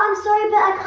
um sabre